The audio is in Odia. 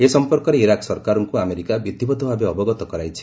ଏ ସମ୍ପର୍କରେ ଇରାକ୍ ସରକାରଙ୍କୁ ଆମେରିକା ବିଧିବଦ୍ଧ ଭାବେ ଅବଗତ କରାଇଛି